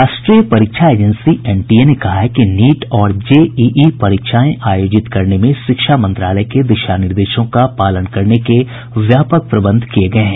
राष्ट्रीय परीक्षा agency NTA ने कहा है कि नीट और जेईई परीक्षाएं आयोजित करने में शिक्षा मंत्रालय के दिशानिर्देशों का पालन करने के व्यापक प्रबंध किये गये हैं